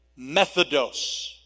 methodos